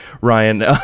ryan